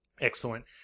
excellent